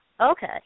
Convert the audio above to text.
Okay